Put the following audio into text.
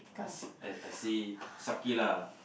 I see I I see Shakira